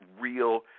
real